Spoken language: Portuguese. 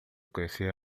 conhecia